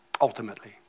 Ultimately